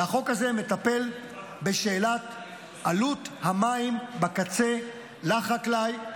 והחוק הזה מטפל בשאלת עלות המים בקצה לחקלאי.